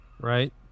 Right